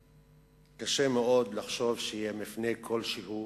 וקשה מאוד לחשוב שיהיה באמת מפנה כלשהו